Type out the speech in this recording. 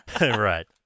Right